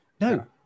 No